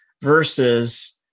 versus